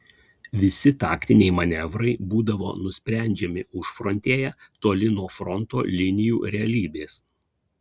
visi taktiniai manevrai būdavo nusprendžiami užfrontėje toli nuo fronto linijų realybės